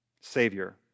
savior